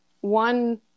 one